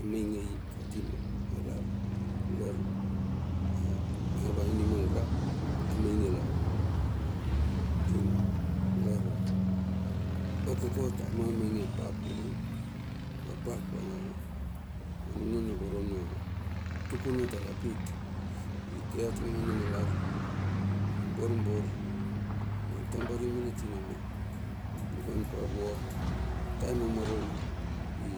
Amaingei a tima. alar lar. ava animal rap a mainge la ping. lar. okokot amamainge apap vuna apap anuna na voro na tukuna tar ia pit. Ike atinge ma nanalar, iborbor. atambari mena tinama, iraon pa. taem amarom i